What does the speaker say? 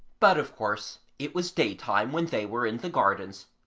but of course it was daytime when they were in the gardens,